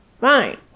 Fine